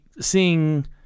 seeing